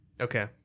Okay